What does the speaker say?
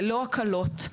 ללא הקלות,